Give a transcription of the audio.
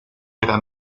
era